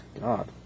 God